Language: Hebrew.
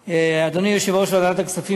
השטח מבחינת האפשרויות הכלכליות